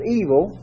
evil